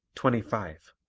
twenty five.